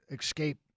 escape